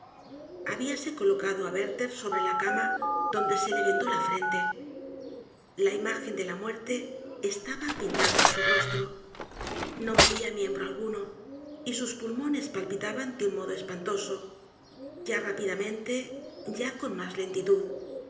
ellas habíase colocado á werther sobre la cama donde se le vendó la frente la imagen de la muerte es taba pintaba en su rostro no movia miembro alguno y sus pulmones palpitaban de un modo espantoso ya rápidamente ya con mas lentitud